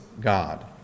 God